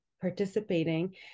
participating